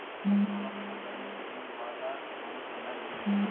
कवनो फसल गर्मी के दिन में बोआला त कवनो ठंडा के दिन में